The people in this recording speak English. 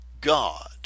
God